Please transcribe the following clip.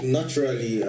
naturally